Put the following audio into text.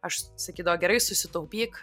aš sakydavo gerai susitaupyk